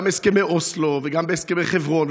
גם בהסכמי אוסלו וגם בהסכמי חברון,